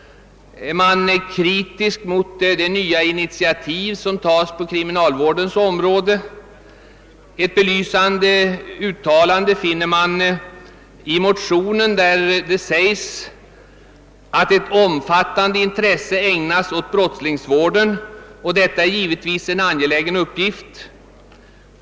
Motionärerna är kritiska mot de nya initiativ som tagits på kriminalvårdens område. Ett belysande avsnitt återfinnes i motionen, där man skriver: »Ett omfattande intresse ägnas åt brottslingsvården, och detta är givetvis en angelägen uppgift.